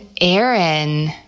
Aaron